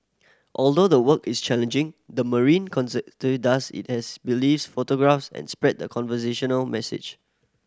although the work is challenging the marine does it as believes photographs and spread the conservational message